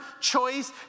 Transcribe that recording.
choice